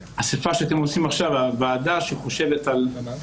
שהתאספתם ואתם עושים הכול בשביל לחשוב איך עוזרים לנו.